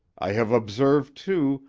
i have observed, too,